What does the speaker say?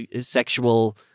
sexual